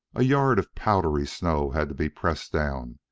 a yard of powdery snow had to be pressed down,